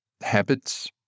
Habits